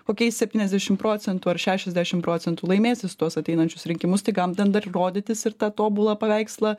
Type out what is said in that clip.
kokiais septyniasdešimt procentų ar šešiasdešimt procentų laimės jis tuos ateinančius rinkimus tai kam ten dar rodytis ir tą tobulą paveikslą